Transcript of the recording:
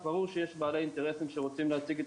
ברור שיש בעלי אינטרסים שרוצים להציג את